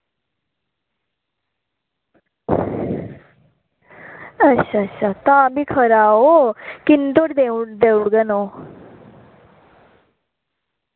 अच्छा अच्छा तां फ्ही खरा ओ किन्ने धोड़ी देऊ देऊड़गङ ओ